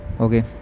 Okay